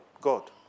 God